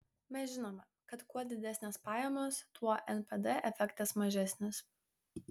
mes žinome kad kuo didesnės pajamos tuo npd efektas mažesnis